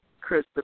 Chris